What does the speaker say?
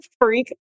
freak